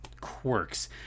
quirks